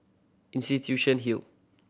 Institution Hill